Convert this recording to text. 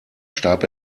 starb